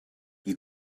you